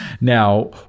Now